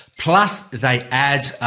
plus, they add,